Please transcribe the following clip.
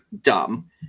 dumb